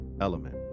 element